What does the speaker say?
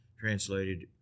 translated